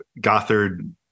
Gothard